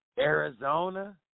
Arizona